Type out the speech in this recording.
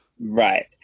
Right